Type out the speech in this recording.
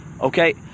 Okay